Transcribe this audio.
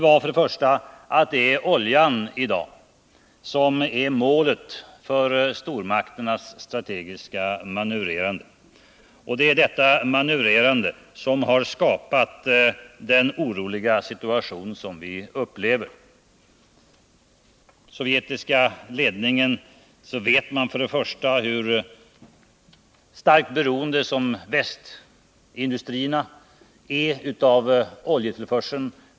Han säger att det är oljan som i dag är målet för stormakternas strategiska manövrerande. Det är detta manövrerande som har skapat den oroliga situation vi nu upplever. Den sovjetiska ledningen vet hur starkt beroende västindustrierna är av oljetillförseln.